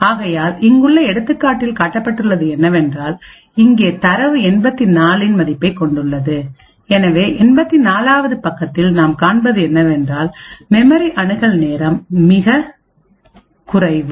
ஆகையால் இங்குள்ள எடுத்துக்காட்டில் கட்டப்பட்டுள்ளது என்னவென்றால் இங்கே தரவு 84 இன் மதிப்பைக் கொண்டுள்ளது எனவே 84 வது பக்கத்தில் நாம் காண்பது என்னவென்றால் மெமரி அணுகல் நேரம் மிகக் குறைவு